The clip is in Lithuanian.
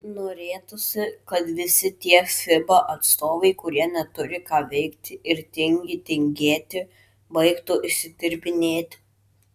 norėtųsi kad visi tie fiba atstovai kurie neturi ką veikti ir tingi tingėti baigtų išsidirbinėti